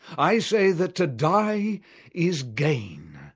i say that to die is gain,